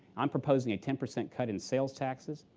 i'm proposing a ten percent cut in sales taxes,